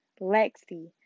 Lexi